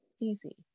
easy